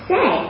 Say